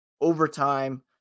overtime